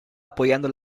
apoyando